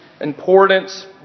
importance